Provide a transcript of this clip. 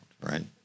right